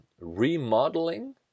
remodeling